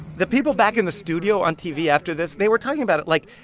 the people back in the studio on tv after this they were talking about it. like,